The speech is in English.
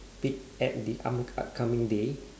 peek at the up~ upcoming day